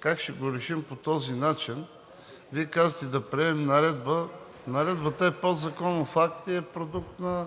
как ще го решим по този начин. Вие казвате да приемем наредба. Наредбата е подзаконов акт и е продукт на